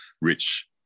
rich